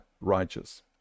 righteous